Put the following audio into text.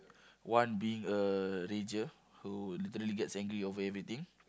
one being a rager who literally gets angry over everything